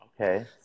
Okay